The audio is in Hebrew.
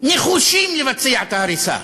נחושים לבצע את ההריסה.